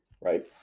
Right